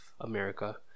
America